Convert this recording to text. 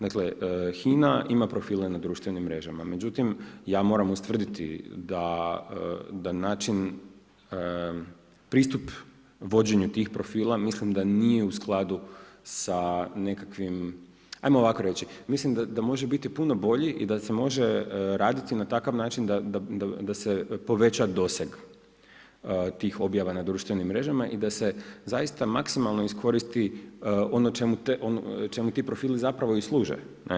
Dakle, HINA ima profile na društvenim mrežama, međutim ja moram ustvrditi da način pristup vođenju tih profila mislim da nije u skladu sa nekakvim, ajmo ovako reći, mislim da može biti puno bolje i da se može raditi na takav način da se poveća doseg tih objava na društvenim mrežama i da se maksimalno iskoristi ono čemu ti profili i služe.